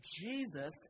Jesus